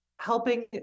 helping